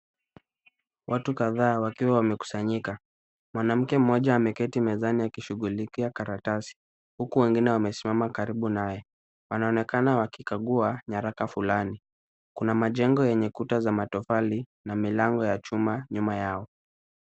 Watu kadhaa wakiwa wamekusanyika. Mwanamke mmoja ameketi mezani akishughulikia karatasi, huku wengine wamesimama karibu naye. Wanaonekana wakikagua nyaraka fulani. Kuna majengo yenye kuta za matofali na milango ya chuma nyuma yao.